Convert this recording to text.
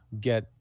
get